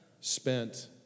spent